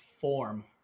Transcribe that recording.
form